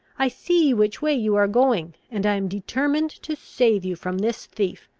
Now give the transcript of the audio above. i see which way you are going and i am determined to save you from this thief,